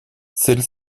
celle